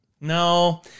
No